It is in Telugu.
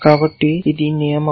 కాబట్టి ఇది నియమం